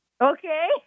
okay